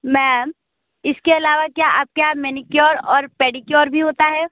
ma'am इसके अलावा क्या आपके यहां मैनीक्योर और पेडीक्योर और भी होता है